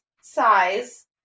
size